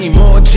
more